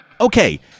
Okay